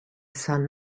sun